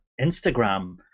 Instagram